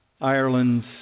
Ireland